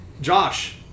Josh